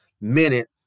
minute